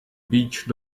beach